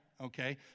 okay